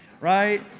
right